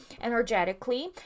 energetically